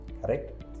Correct